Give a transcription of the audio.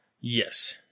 Yes